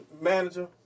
manager